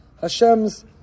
Hashem's